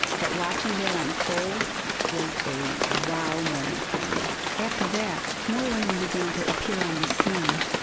but watching that unfold was a wow moment for me. after that, more women began to appear on the scene.